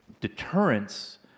deterrence